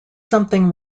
something